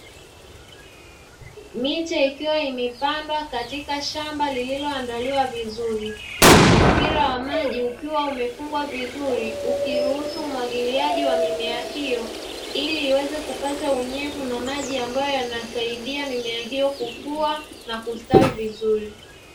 Miche ikiwa imepandwa katika shamba lililoandaliwa vizuri, huku mpira wa maji ukiwa umefungwa vizuri ukiruhusu umwagiliaji wa mimea hiyo ili iweze kupata unyevu na maji ambayo yanasaidia mimea hiyo kukua na kustawi vizuri.